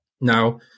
Now